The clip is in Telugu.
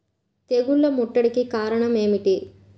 తెగుళ్ల ముట్టడికి కారణం ఏమిటి?